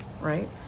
right